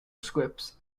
scripts